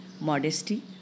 modesty